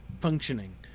functioning